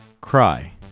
cry